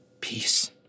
peace